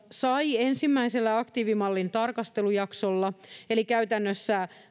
sai ensimmäisellä aktiivimallin tarkastelujaksolla eli käytännössä